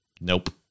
Nope